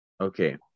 okay